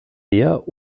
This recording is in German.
der